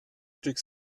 stück